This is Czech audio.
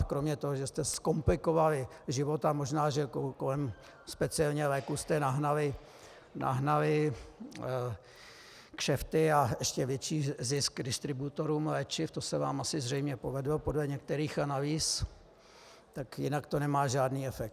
Kromě toho, že jste zkomplikovali život a možná že kolem speciálně léků jste nahnali kšefty a ještě větší zisk distributorům léčiv, to se vám asi zřejmě povedlo podle některých analýz, tak jinak to nemá žádný efekt.